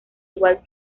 igual